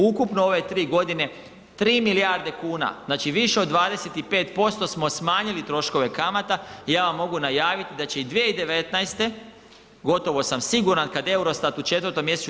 Ukupno ove 3 godine, 3 milijarde kuna, znači više od 25% smo smanjili troškove kamata i ja vam mogu najaviti i da će 2019., gotovo sam siguran, kad Eurostat u 4. mj.